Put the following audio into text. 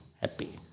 happy